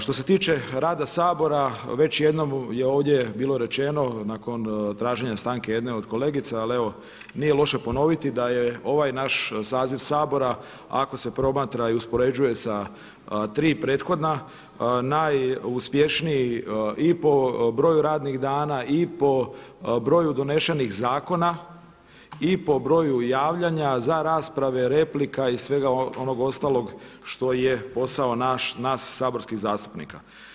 Što se tiče rada Sabora već jednom je ovdje bilo rečeno nakon traženja stanke jedne od kolegica, ali evo nije loše ponoviti da je ovaj naš saziv Sabora ako se promatra i uspoređuje sa tri prethodna najuspješniji i po broju radnih dana i po broju donešenih zakona i po broju javljanja za rasprave, replika i svega onog ostalog što je posao nas saborskih zastupnika.